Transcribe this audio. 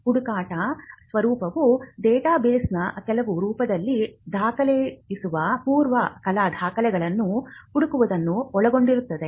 ಹುಡುಕಾಟದ ಸ್ವರೂಪವು ಡೇಟಾಬೇಸ್ನ ಕೆಲವು ರೂಪದಲ್ಲಿ ದಾಖಲಾಗಿರುವ ಪೂರ್ವ ಕಲಾ ದಾಖಲೆಗಳನ್ನು ಹುಡುಕುವುದನ್ನು ಒಳಗೊಂಡಿರುತ್ತದೆ